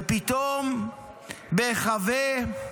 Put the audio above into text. ופתאום בהיחבא,